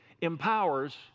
empowers